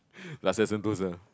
Rasa-sentosa